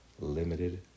limited